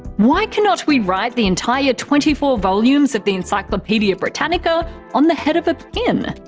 why cannot we write the entire twenty four volumes of the encyclopaedia britannica on the head of a pin?